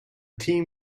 team